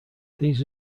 these